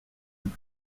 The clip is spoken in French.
vous